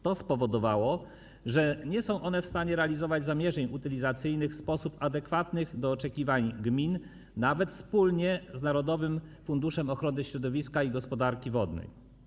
To spowodowało, że nie są one w stanie realizować zamierzeń utylizacyjnych w sposób adekwatny do oczekiwań gmin, nawet wspólnie z Narodowym Funduszem Ochrony Środowiska i Gospodarki Wodnej.